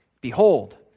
Behold